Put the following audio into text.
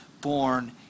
born